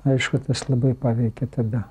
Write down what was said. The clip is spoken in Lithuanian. aišku tas labai paveikė tada